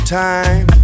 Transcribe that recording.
time